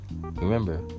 Remember